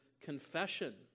confession